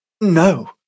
No